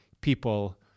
people